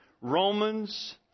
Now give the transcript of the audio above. Romans